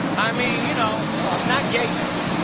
i mean, you know know, i mean not gay men.